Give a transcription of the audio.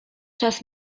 czas